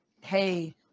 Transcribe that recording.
hey